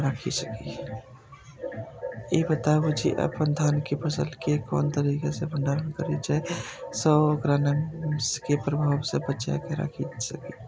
ई बताऊ जे अपन धान के फसल केय कोन तरह सं भंडारण करि जेय सं ओकरा नमी के प्रभाव सं बचा कय राखि सकी?